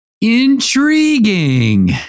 Intriguing